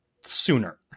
sooner